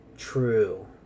True